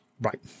Right